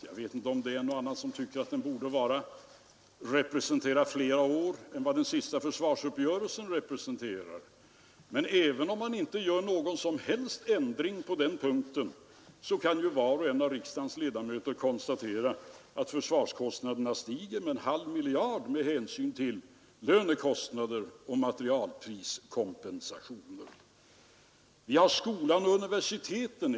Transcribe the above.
Jag vet inte om en och annan kanske tycker att den borde representera flera år än vad den senaste försvarsuppgörelsen omfattar, men även om man inte gör någon som helst ändring på denna punkt, kan ju var och en av riksdagens ledamöter konstatera att försvarskostnaderna 1973/74 stiger med en halv miljard kronor på grund av ökade lönekostnader och materielpriskompensationer. Vi har vidare skolorna och universiteten.